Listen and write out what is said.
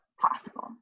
possible